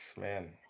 Man